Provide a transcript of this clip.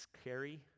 scary